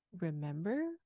remember